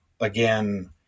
again